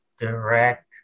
direct